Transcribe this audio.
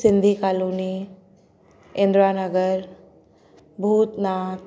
Sindhi colony Indranagar Bhootnath